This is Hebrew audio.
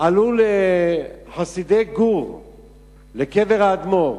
עלו חסידי גור לקבר האדמו"ר,